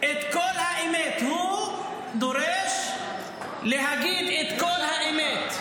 -- הוא דורש להגיד את כל האמת.